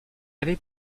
avait